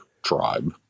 tribe